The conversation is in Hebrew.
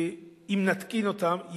אם נתקין אותם,